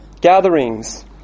gatherings